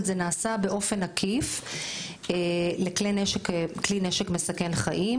אבל זה נעשה באופן עקיף לכלי נשק מסכן חיים.